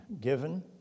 given